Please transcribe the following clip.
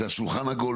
זה שולחן עגול,